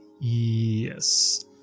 yes